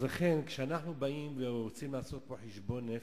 לכן, כשאנחנו באים ורוצים לעשות פה חשבון נפש,